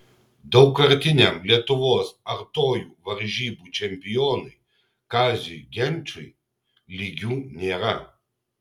daugkartiniam lietuvos artojų varžybų čempionui kaziui genčiui lygių nėra